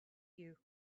you